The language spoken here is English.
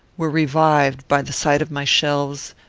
were revived by the sight of my shelves,